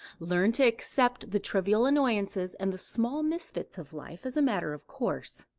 learn to accept the trivial annoyances and the small misfits of life as a matter of course.